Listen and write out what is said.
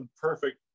perfect